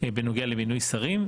בנוגע למינוי שרים.